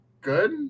good